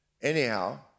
Anyhow